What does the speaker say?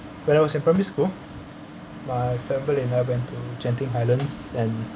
when I was in primary school my family and I went to genting highlands and